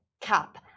cap